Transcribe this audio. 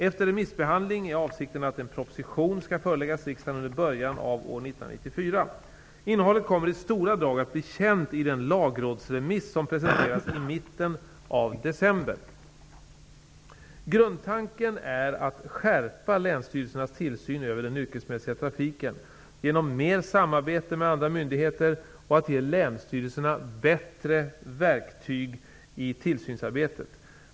Efter remissbehandling är avsikten att en proposition skall föreläggas riksdagen under början av år 1994. Innehållet kommer i stora drag att bli känt i den lagrådsremiss som presenteras i mitten av december. Grundtanken är att skärpa länsstyrelsernas tillsyn över den yrkesmässiga trafiken genom mer samarbete med andra myndigheter och att ge länsstyrelserna bättre verktyg i tillsynsarbetet.